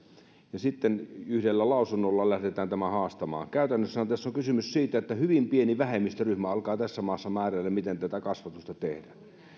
ja sitten yhdellä lausunnolla lähdetään tämä haastamaan käytännössähän tässä on kysymys siitä että hyvin pieni vähemmistöryhmä alkaa tässä maassa määräillä miten tätä kasvatusta tehdään